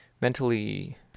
mentally